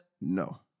No